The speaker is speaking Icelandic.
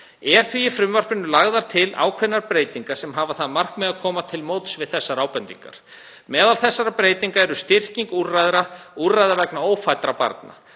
Eru því í frumvarpinu lagðar til ákveðnar breytingar sem hafa það að markmiði að koma til móts við þær ábendingar. Meðal breytinganna er styrking úrræða vegna ófæddra barna.